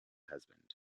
husband